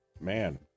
man